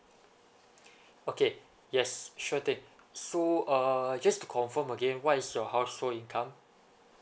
okay yes sure thing so uh just to confirm again what is your household income